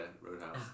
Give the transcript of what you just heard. Roadhouse